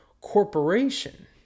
corporation